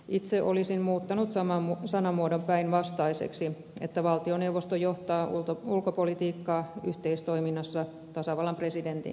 itse olisin muuttanut sanamuodon päinvastaiseksi että valtioneuvosto johtaa ulkopolitiikkaa yhteistoiminnassa tasavallan presidentin kanssa